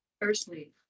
Firstly